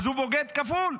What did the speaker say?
אז הוא בוגד כפול.